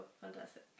fantastic